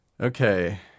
Okay